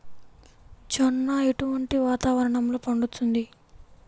జొన్న ఎటువంటి వాతావరణంలో పండుతుంది?